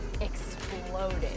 exploded